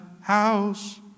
house